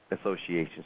associations